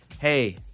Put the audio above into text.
hey